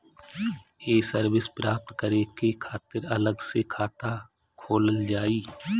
ये सर्विस प्राप्त करे के खातिर अलग से खाता खोलल जाइ?